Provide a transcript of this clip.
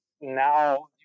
now